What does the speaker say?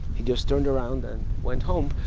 he just turned around and went home.